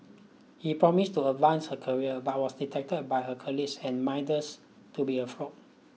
he promised to advance her career but was detected by her colleagues and minders to be a fraud